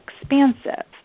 expansive